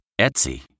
Etsy